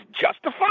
justified